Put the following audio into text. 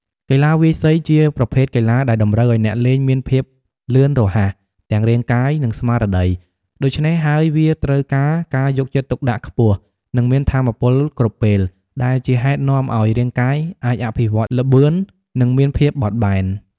កីឡាវាយសីជាប្រភេទកីឡាដែលតម្រូវឱ្យអ្នកលេងមានភាពលឿនរហ័ស ទាំងរាងកាយ និងស្មារតី ដូច្នេះហើយវាត្រូវការការយកចិត្តទុកដាក់ខ្ពស់ និងមានថាមពលគ្រប់ពេល ដែលជាហេតុនាំឱ្យរាងកាយ អាចអភិវឌ្ឍល្បឿន និងមានភាពបត់បែន។